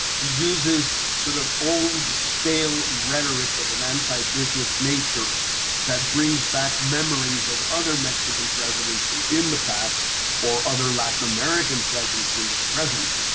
he uses sort of old stale rhetoric of an anti-business nature that brings back memories of other mexican presidents, who in the past or other latin american presidents in the present,